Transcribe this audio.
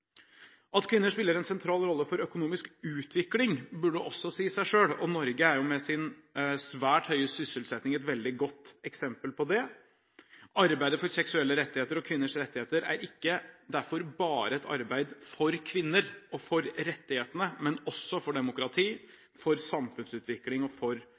At kvinner spiller en sentral rolle for økonomisk utvikling, burde også si seg selv, og Norge er jo med sin svært høye sysselsetting et veldig godt eksempel på det. Arbeidet for seksuelle rettigheter og kvinners rettigheter er derfor ikke bare et arbeid for kvinner og for rettighetene, men også for demokrati, for samfunnsutvikling og for